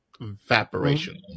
evaporation